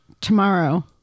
tomorrow